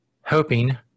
hoping